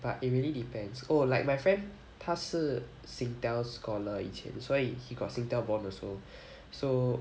but it really depends oh like my friend 他是 singtel scholar 以前所以 he got singtel bond also so